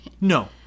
No